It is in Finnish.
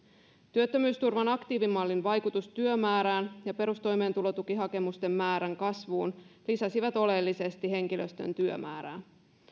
työttömyysturvan aktiivimallin vaikutus työmäärään ja perustoimeentulotukihakemusten määrän kasvuun lisäsi oleellisesti henkilöstön työmäärää